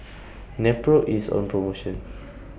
Nepro IS on promotion